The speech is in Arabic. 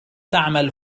تعمل